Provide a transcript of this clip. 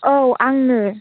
औ आंनो